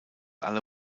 aller